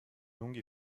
longues